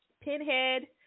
Pinhead